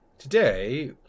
Today